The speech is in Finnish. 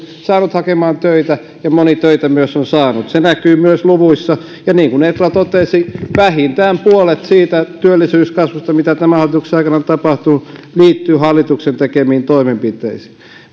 saanut hakemaan töitä ja moni on töitä myös saanut se näkyy myös luvuissa ja niin kuin etla totesi vähintään puolet siitä työllisyyskasvusta mitä tämän hallituksen aikana on tapahtunut liittyy hallituksen tekemiin toimenpiteisiin